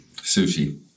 Sushi